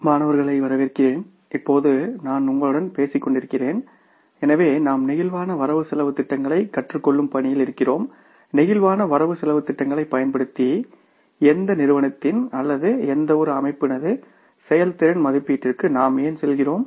மாணவர்களை வரவேற்கிறோம் இப்போது நான் உங்களுடன் பேசுகிறேன் எனவே நாம் நெகிழ்வான வரவு செலவுத் திட்டங்களைக் கற்றுக் கொள்ளும் பணியில் இருக்கிறோம்நெகிழ்வான வரவு செலவுத் திட்டங்களைப் பயன்படுத்தி எந்த நிறுவனத்தின் அல்லது எந்தவொரு அமைப்பினது செயல்திறன் மதிப்பீட்டிற்கு நாம் ஏன் செல்கிறோம்